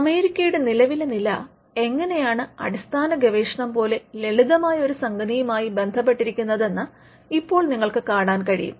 അമേരിക്കയുടെ നിലവിലെ നില എങ്ങെനയാണ് അടിസ്ഥാന ഗവേഷണം പോലെ ലളിതമായ ഒരു സംഗതിയുമായി ബന്ധപ്പെട്ടിരിക്കുന്നത് എന്ന് ഇപ്പോൾ നിങ്ങൾക്ക് കാണാൻ കഴിയും